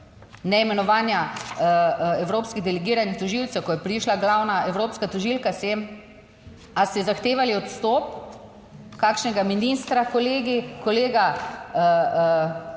ne imenovanja evropskih delegiranih tožilcev, ko je prišla glavna evropska tožilka sem, a ste zahtevali odstop kakšnega ministra? Kolegi, kolega,